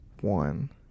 one